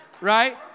right